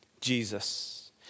Jesus